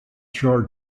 shore